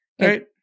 Right